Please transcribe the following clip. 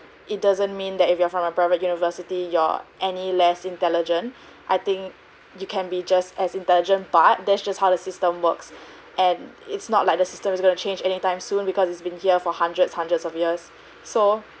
it doesn't mean that if you are from a private university you're any less intelligent I think you can be just as intelligent part that's just how the system works and it's not like the system is going to change anytime soon because it's been here for hundreds hundreds of years so